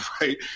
right